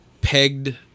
pegged